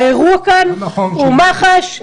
האירוע כאן הוא מח"ש,